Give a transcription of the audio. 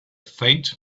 faint